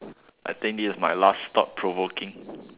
I think this is my last thought provoking